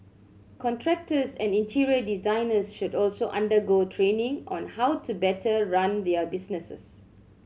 contractors and interior designers should also undergo training on how to better run their businesses